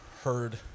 heard